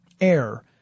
air